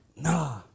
Nah